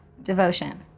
Devotion